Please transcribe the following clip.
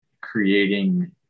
creating